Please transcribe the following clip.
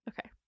Okay